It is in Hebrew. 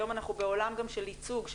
היום אנחנו בעולם גם של ייצוג,